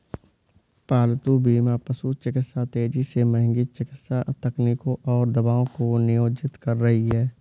पालतू बीमा पशु चिकित्सा तेजी से महंगी चिकित्सा तकनीकों और दवाओं को नियोजित कर रही है